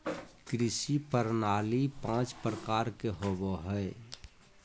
कृषि प्रणाली पाँच प्रकार के होबो हइ